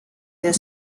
their